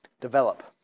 develop